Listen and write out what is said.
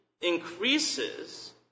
increases